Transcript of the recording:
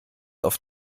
auf